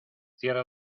cierra